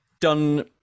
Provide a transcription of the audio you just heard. done